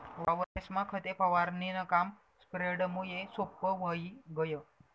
वावरेस्मा खते फवारणीनं काम स्प्रेडरमुये सोप्पं व्हयी गय